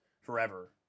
forever